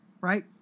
right